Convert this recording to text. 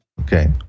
Okay